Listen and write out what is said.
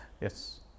Yes